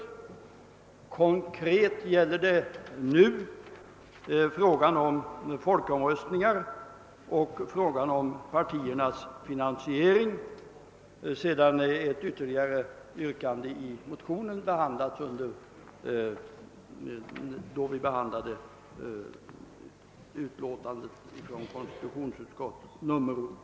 Sedan vi tagit ställning till ett av motionsyrkandena i samband med behandlingen av konstitutionsutskottets utlåtande nr 27 kvarstår yrkandena beträffande partiernas finansiering och folkomröstningar.